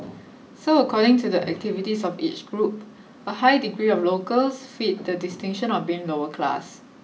so according to the activities of each group a high degree of locals fit the distinction of being lower class